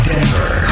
Denver